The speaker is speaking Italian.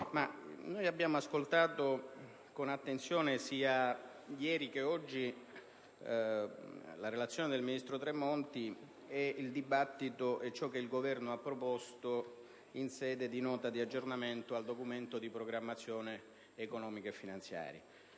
abbiamo ascoltato con attenzione, sia ieri che oggi, la relazione del ministro Tremonti, il dibattito che si è sviluppato e ciò che il Governo ha proposto in sede di Nota di aggiornamento al Documento di programmazione economico-finanziaria.